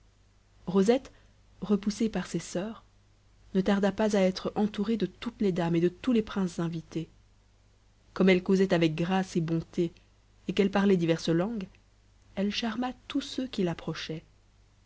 rosette repoussée par ses soeurs ne tarda pas à être entourée de toutes les dames et de tous les princes invités comme elle causait avec grâce et bonté et qu'elle parlait diverses langues elle charma tous ceux qui l'approchaient